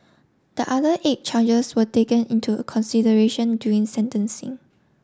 the other eight charges were taken into consideration during sentencing